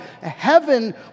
Heaven